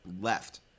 left